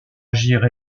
agir